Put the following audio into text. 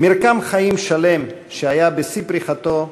מרקם חיים שלם שהיה בשיא פריחתו,